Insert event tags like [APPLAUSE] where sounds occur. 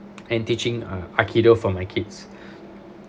and teaching uh aikido for my kids [BREATH]